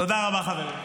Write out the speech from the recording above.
תודה רבה, חברים.